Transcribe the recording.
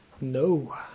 no